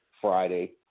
Friday